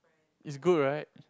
it's good right